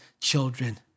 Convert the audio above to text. children